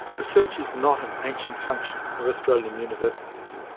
research is not an ancient function of australian universities.